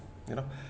you know